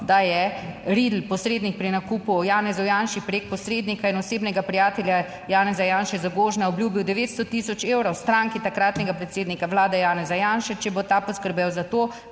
da je Riedl, posrednik pri nakupu, Janezu Janši prek posrednika in osebnega prijatelja Janeza Janše Zagožna obljubil 900 tisoč evrov stranki takratnega predsednika vlade Janeza Janše, če bo ta poskrbel zato,